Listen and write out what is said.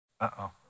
Uh-oh